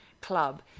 club